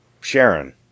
sharon